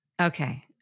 Okay